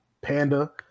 panda